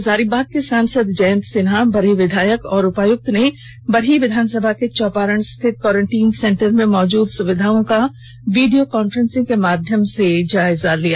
हजारीबाग के सांसद जयंत सिन्हा बरही विधायक और उपायुक्त ने बरही विधानसभा के चौपारण रिथत क्वारेन्टीन सेंटर में मौजूद सुविधाओं का वीडियो कांफ्रेंस के माध्यम से जायजा लिया